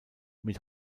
mit